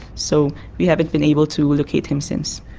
so we haven't been able to locate him since.